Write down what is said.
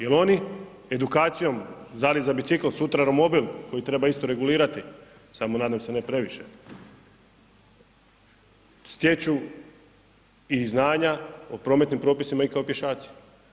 Jer oni edukacijom za bicikl, sutra romobil koji treba isto regulirati, samo nadam se, ne previše, stječu i znanja o prometnim propisima i kao pješaci.